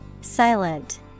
Silent